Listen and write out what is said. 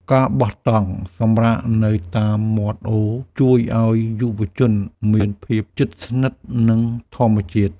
ការបោះតង់សម្រាកនៅតាមមាត់អូរជួយឱ្យយុវជនមានភាពជិតស្និទ្ធនឹងធម្មជាតិ។